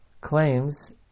claims